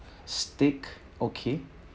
steak okay